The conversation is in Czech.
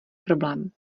problém